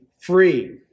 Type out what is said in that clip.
free